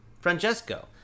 Francesco